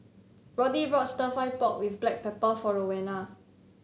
Roddy bought stir fry pork with Black Pepper for Rowena